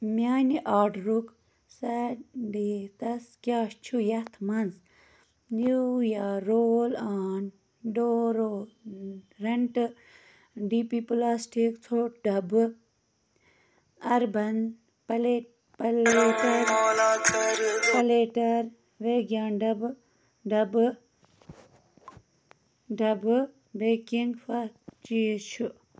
میانہِ آرڈُک سِڈیتَس کیٛاہ چھُ یَتھ منٛز نِویا رول آن ڈورو رٮ۪نٹہٕ ڈی پی پٕلاسٹِک ژھوٚٹ ڈَبہٕ اَربَن پَلیٹ پَلیٹر پَلیٹَر ویٚگیان ڈَبہٕ ڈَبہٕ ڈَبہٕ بیٚکِنٛگ پھکھ چیٖز چھُ